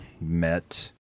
met